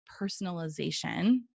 personalization